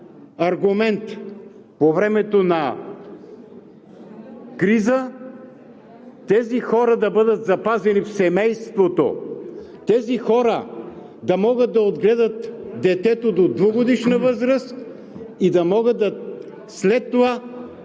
аргумент по времето на криза тези хора да бъдат запазени в семейството, тези хора да могат да отгледат детето до двегодишна възраст и да могат след това